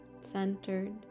centered